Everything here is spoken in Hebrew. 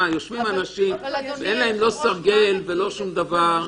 יושבים אנשים אין להם סרגל ולא שום דבר.